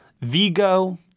Vigo